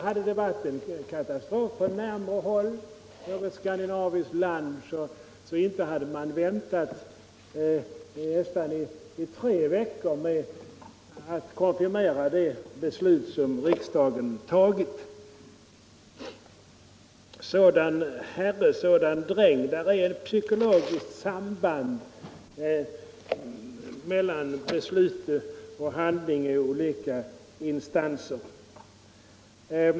Hade det varit en katastrof på närmare håll, i något skandinaviskt land, så hade man inte väntat i nästan tre veckor med att konfirmera det beslut som riksdagen fattat. Sådan herre, sådan dräng; det är ett psykologiskt samband mellan beslut och handling i olika instanser.